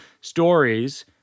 stories